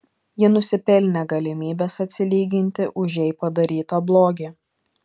ji nusipelnė galimybės atsilyginti už jai padarytą blogį